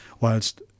whilst